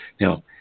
Now